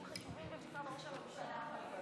לעניינים חשובים במשרד ראש הממשלה.